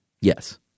Yes